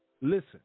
listen